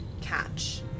catch